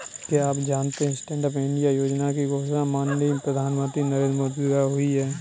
क्या आप जानते है स्टैंडअप इंडिया योजना की घोषणा माननीय प्रधानमंत्री नरेंद्र मोदी द्वारा हुई?